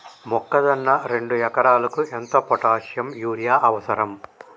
మొక్కజొన్న రెండు ఎకరాలకు ఎంత పొటాషియం యూరియా అవసరం?